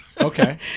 Okay